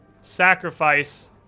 Sacrifice